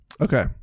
Okay